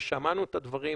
ושמענו את הדברים,